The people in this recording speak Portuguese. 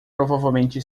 provavelmente